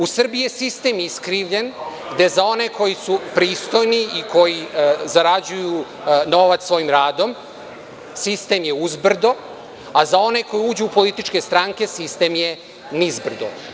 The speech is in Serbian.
U Srbiji je sistem iskrivljen, gde za one koji su pristojni i koji zarađuju novac svojim radom, sistem je uzbrdo, a za one koji uđu u političke stranke sistem je nizbrdo.